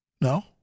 No